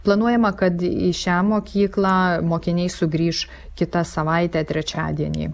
planuojama kad į šią mokyklą mokiniai sugrįš kitą savaitę trečiadienį